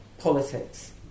politics